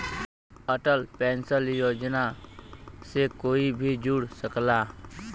Atal pension Yojana से कोई भी जुड़ सकला